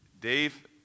Dave